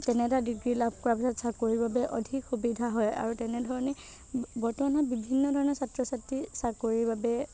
তেনে এটা ডিগ্ৰী লাভ কৰাৰ পিছত চাকৰিৰ বাবে অধিক সুবিধা হয় আৰু তেনেধৰণে বৰ্তমান সময়ত বিভিন্ন ধৰণে ছাত্ৰ ছাত্ৰী চাকৰিৰ বাবে